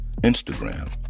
Instagram